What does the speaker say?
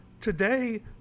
today